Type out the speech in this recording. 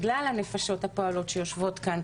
בגלל הנפשות הפועלות שיושבות כאן,